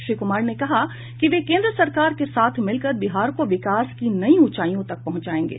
श्री कुमार ने कहा कि वे केन्द्र सरकार के साथ मिलकर बिहार को विकास की नई ऊॅचाईयों तक पहुंचायेंगे